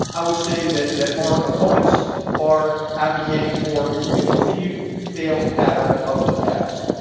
i would say that that our opponents are advocating for the continued failed pattern of the past.